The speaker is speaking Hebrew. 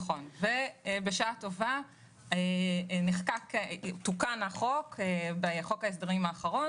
בשעה טובה תוקן החוק בחוק ההסדרים האחרון